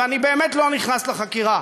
ואני באמת לא נכנס לחקירה,